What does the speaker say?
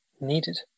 needed